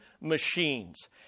machines